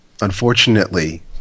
unfortunately